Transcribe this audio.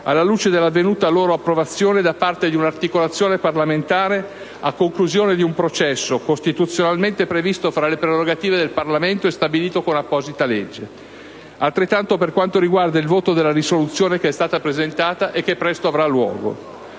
alla luce dell'avvenuta loro approvazione da parte di un'articolazione parlamentare a conclusione di un processo costituzionalmente previsto tra le prerogative del Parlamento e stabilito con apposita legge. Altrettanto per quanto riguarda il voto della risoluzione che è stata presentata e che presto avrà luogo.